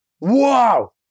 Wow